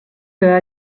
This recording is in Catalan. que